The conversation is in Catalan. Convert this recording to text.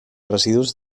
residus